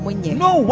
no